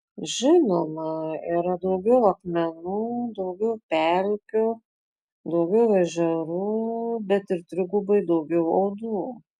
žinoma yra daugiau akmenų daugiau pelkių daugiau ežerų bet ir trigubai daugiau uodų